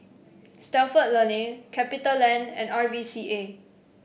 Stalford Learning Capitaland and R V C A